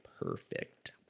Perfect